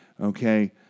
okay